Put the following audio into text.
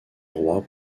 roi